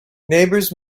neighbors